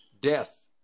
death